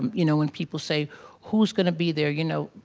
you know, when people say who's going to be there you know,